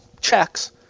checks